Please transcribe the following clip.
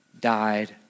died